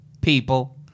people